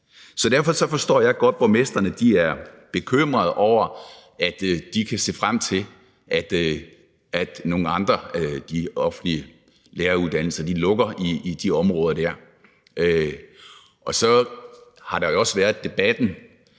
Derfor forstår jeg godt, at borgmestrene er bekymrede over, at de kan se frem til, at nogle af de offentlige læreruddannelser lukker i de områder der. Så har der jo også været debatten